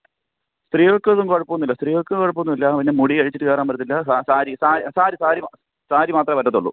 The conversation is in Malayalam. സ്ത്രീകൾക്കൊന്നും കുഴപ്പം ഒന്നും ഇല്ല സ്ത്രീകൾക്ക് കുഴപ്പം ഒന്നും ഇല്ല പിന്നെ മുടി അഴിച്ചിട്ട് കയറാൻ പറ്റത്തില്ല സാരി സാരി സാരി സാരി മാത്രമേ പറ്റത്തുള്ളൂ